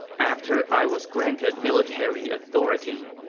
after i was granted military authority,